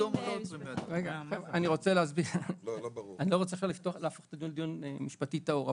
אני לא רוצה להפוך את הדיון עכשיו לדיון משפטי טהור,